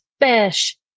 fish